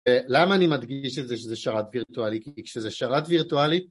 למה אני מדגיש את זה שזה שרת וירטואלי? כי כשזה שרת וירטואלי...